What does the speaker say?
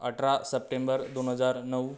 अठरा सप्टेंबर दोन हजार नऊ